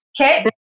Okay